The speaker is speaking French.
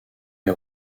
les